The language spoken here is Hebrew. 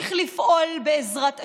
אמשיך לפעול, בעזרת השם,